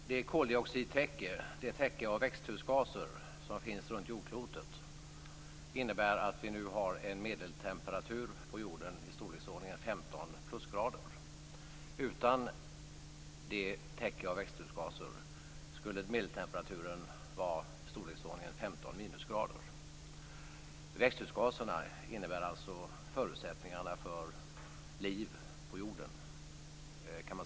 Fru talman! Det koldioxidtäcke, dvs. det täcke av växthusgaser som finns runt jordklotet innebär att vi nu har en medeltemperatur på jorden i storleksordningen 15 plusgrader. Utan det täcket av växthusgaser skulle medeltemperaturen vara i storleksordningen 15 minusgrader. Växthusgaserna innebär alltså förutsättningen för liv på jorden.